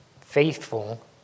faithful